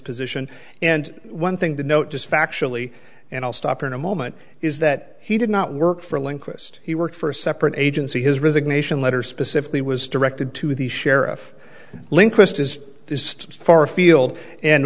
position and one thing to note just factually and i'll stop in a moment is that he did not work for a linguist he worked for a separate agency his resignation letter specifically was directed to the sheriff link list is just far afield and